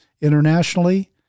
Internationally